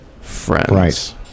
friends